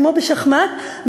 כמו בשחמט,